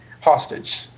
hostage